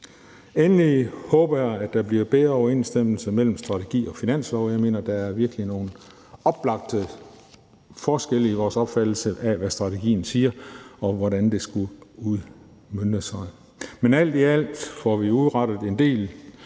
Endelig håber jeg, at der bliver bedre overensstemmelse mellem strategi og finanslov. Jeg mener, at der virkelig er nogle oplagte forskelle i vores opfattelse af, hvad strategien siger, og hvordan det skal udmønte sig. Men alt i alt får vi udrettet en del,